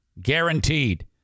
Guaranteed